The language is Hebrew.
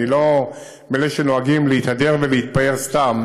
אני לא מאלה שנוהגים להתהדר ולהתפאר סתם,